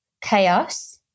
chaos